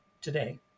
today